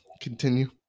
Continue